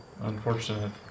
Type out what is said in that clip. Unfortunate